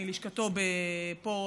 מלשכתו פה,